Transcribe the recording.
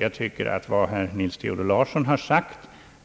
Jag tycker att vad herr Nils Theodor Larsson anfört